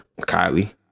Kylie